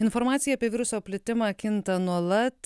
informacija apie viruso plitimą kinta nuolat